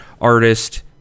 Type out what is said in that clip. artist